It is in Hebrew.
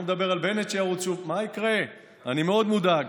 מה שאוסנת אומרת, שאם היא תהיה, אנחנו לא מאחלים